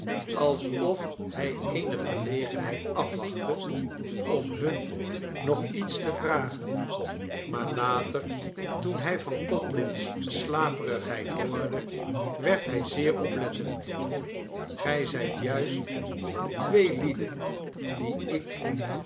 alsof hij eene gelegenheid afwachtte om hun nog iets te vragen maar later toen hij van codlin's slaperigheid hoorde werd hij zeer oplettend gij zijt juist de twee lieden die ik